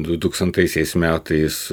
dutūkstantaisiais metais